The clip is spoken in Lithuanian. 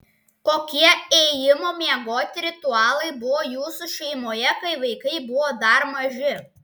kokie ėjimo miegoti ritualai buvo jūsų šeimoje kai vaikai buvo dar maži